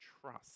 trust